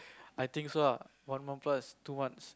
I think so ah one month plus two months